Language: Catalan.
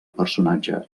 personatge